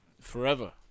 Forever